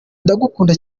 ndagukunda